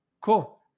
Cool